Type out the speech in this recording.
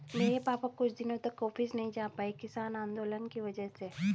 मेरे पापा कुछ दिनों तक ऑफिस नहीं जा पाए किसान आंदोलन की वजह से